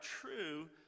true